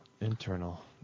internal